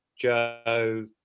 Joe